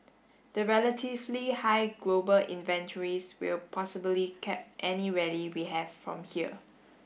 the relatively high global inventories will possibly cap any rally we have from here